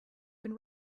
been